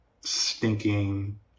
stinking